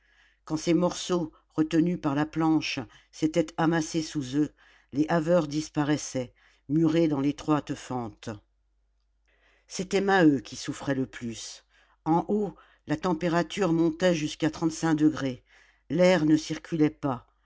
quand ces morceaux retenus par la planche s'étaient amassés sous eux les haveurs disparaissaient murés dans l'étroite fente c'était maheu qui souffrait le plus en haut la température montait jusqu'à trente-cinq degrés l'air ne circulait pas